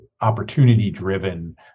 opportunity-driven